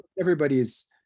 everybody's